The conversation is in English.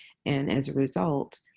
and as a result,